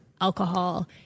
alcohol